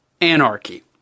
Anarchy